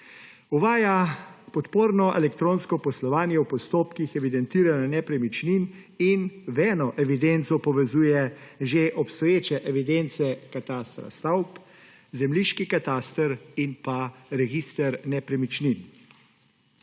Uvaja podporno elektronsko poslovanje v postopkih evidentiranja nepremičnin in v eno evidenco povezuje že obstoječe evidence katastra stavb, zemljiški kataster in register nepremičnin.